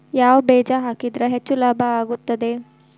ಯಾವ ಬೇಜ ಹಾಕಿದ್ರ ಹೆಚ್ಚ ಲಾಭ ಆಗುತ್ತದೆ?